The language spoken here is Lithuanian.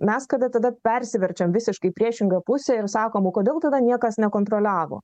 mes kada tada persiverčiam visiškai į priešingą pusę ir sakom o kodėl tada niekas nekontroliavo